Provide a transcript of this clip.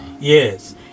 Yes